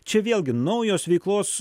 čia vėlgi naujos veiklos